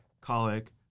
colic